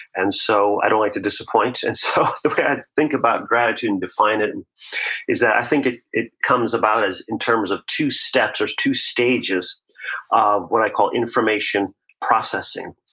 and so i don't like to disappoint. and so the way i think about gratitude and define it is that i think it it comes about as in terms of two steps or two stages of what i call information processing,